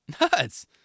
Nuts